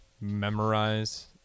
memorize